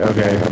Okay